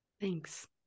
thanks